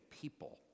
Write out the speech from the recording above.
people